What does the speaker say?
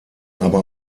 aber